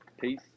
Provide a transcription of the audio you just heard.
Peace